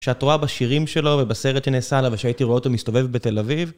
שאת רואה בשירים שלו ובסרט שנעשה עליו ושהייתי רואה אותו מסתובב בתל אביב.